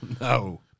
no